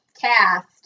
cast